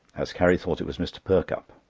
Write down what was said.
as carrie thought it was mr. perkupp.